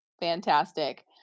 Fantastic